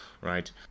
right